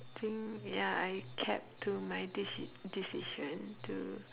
think ya I kept to my deci~ decision to